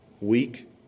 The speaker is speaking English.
weak